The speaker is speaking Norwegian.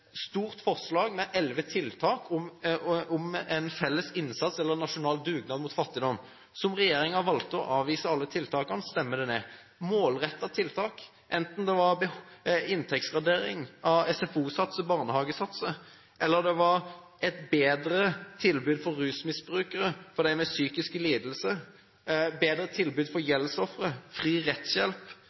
stort forslag med elleve tiltak om en nasjonal dugnad mot fattigdom. Regjeringen valgte å avvise alle tiltakene og stemme dem ned. Det var målrettede tiltak, enten det var inntektsgradering av SFO-satser og barnehagesatser, eller det var et bedre tilbud for rusmisbrukere og dem med psykiske lidelser, det var bedre tilbud for gjeldsofre, fri rettshjelp,